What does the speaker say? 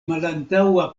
malantaŭa